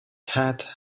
had